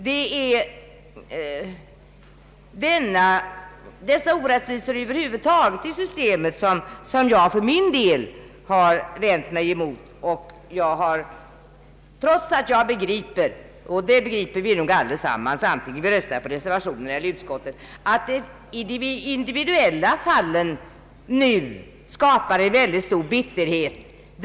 Det är dessa orättvisor över huvud taget i systemet som jag för min del har vänt mig emot, trots att jag begriper — det gör vi nog allesammans, vare sig vi röstar för reservationen eller utskottet — att det i de individuella fallen skapats stor bitterhet.